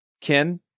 Ken